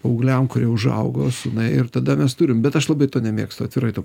paaugliam kurie užaugo su na ir tada mes turim bet aš labai nemėgstu atvirai tau